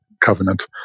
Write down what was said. covenant